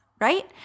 right